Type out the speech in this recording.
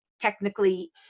technically